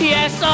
Yes